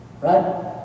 Right